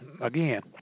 Again